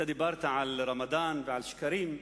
אתה דיברת על הרמדאן ועל שקרים,